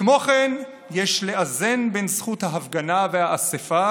"כמו כן, יש לאזן בין זכות ההפגנה והאספה